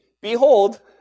Behold